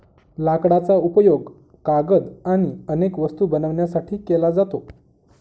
लाकडाचा उपयोग कागद आणि अनेक वस्तू बनवण्यासाठी केला जातो